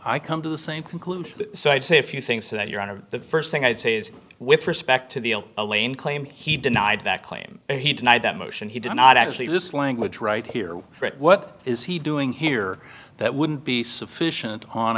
i come to the same conclusion so i'd say a few things to that your honor the st thing i'd say is with respect to the alain claim he denied that claim he denied that motion he did not actually this language right here what is he doing here that wouldn't be sufficient on